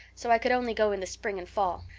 so i could only go in the spring and fall.